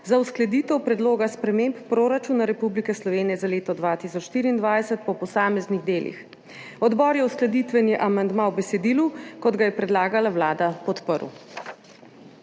za uskladitev predloga sprememb proračuna Republike Slovenije za leto 2024 po posameznih delih. Odbor je uskladitveni amandma v besedilu, kot ga je predlagala Vlada, podprl.